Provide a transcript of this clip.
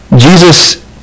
Jesus